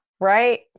right